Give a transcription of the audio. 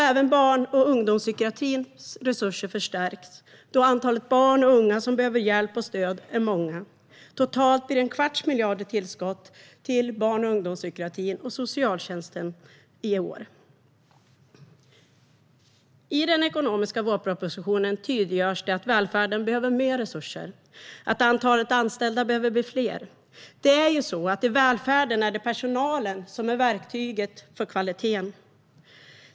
Även barn och ungdomspsykiatrins resurser förstärks, då antalet barn och unga som behöver hjälp och stöd är många. Totalt blir det en kvarts miljard i tillskott till barn och ungdomspsykiatrin och socialtjänsten i år. I den ekonomiska vårpropositionen tydliggörs att välfärden behöver mer resurser och att antalet anställda behöver bli större. I välfärden är det ju personalen som är verktyget för kvaliteten.